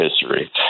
history